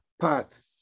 path